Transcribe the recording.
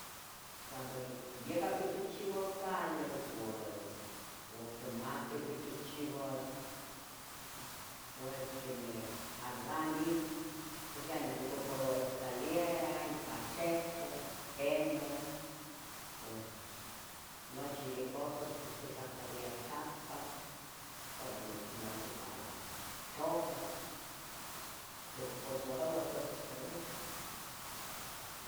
CUando yiaca quichihciua cali uai, u quimati quichihchiuas pues quemeh albanil, pues ya nocuparoua iscaliera ipa tlehco, temoh, pos nochi ya cosas quitlacabia tlacpac, pero no nochi para tluacah pqui pesaroua pues escalera.